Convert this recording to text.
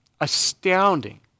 astounding